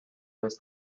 was